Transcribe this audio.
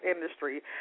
industry